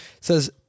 says